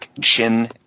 chin